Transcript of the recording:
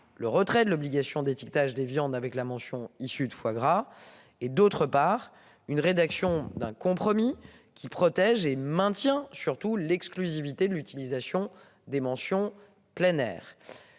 le retrait de l'obligation d'étiquetage des viandes avec la mention issus de foie gras et d'autre part une rédaction d'un compromis qui protège et maintient surtout l'exclusivité de l'utilisation des mentions plein air.